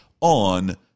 on